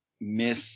miss